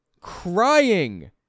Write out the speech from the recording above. crying